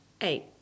eight